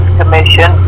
commission